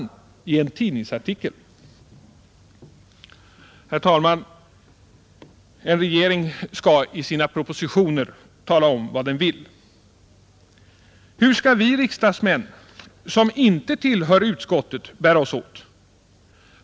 En regering skall i sina propositioner tala om vad den vill. Hur skall vi riksdagsmän som inte tillhör respektive utskott annars bära oss åt?